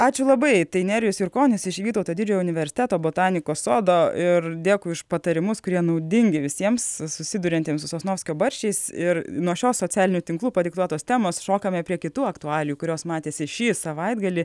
ačiū labai tai nerijus jurkonis iš vytauto didžiojo universiteto botanikos sodo ir dėkui už patarimus kurie naudingi visiems susiduriantiems su sosnovskio barščiais ir nuo šios socialinių tinklų padiktuotos temos šokame prie kitų aktualijų kurios matėsi šį savaitgalį